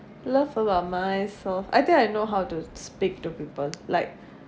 love about myself I think I know how to speak to people like